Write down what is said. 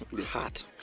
Hot